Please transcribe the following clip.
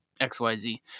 XYZ